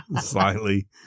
Slightly